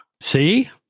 See